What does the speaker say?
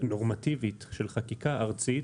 נורמטיבית של חקיקה ארצית